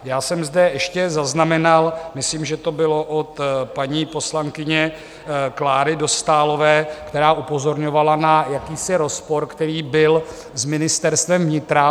Já jsem zde ještě zaznamenal, myslím, že to bylo od paní poslankyně Kláry Dostálové, která upozorňovala na jakýsi rozpor, který byl s Ministerstvem vnitra.